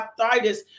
arthritis